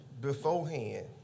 beforehand